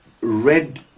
red